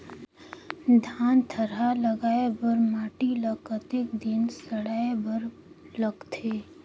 धान थरहा लगाय बर माटी ल कतेक दिन सड़ाय बर लगथे?